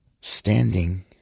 Standing